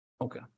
Okay